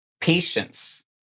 patience